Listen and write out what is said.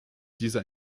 dieser